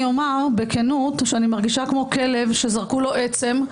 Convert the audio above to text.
אני אומר בכנות שאני מרגישה כמו כלב שזרקו לו עצם,